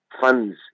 funds